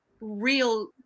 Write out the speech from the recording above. real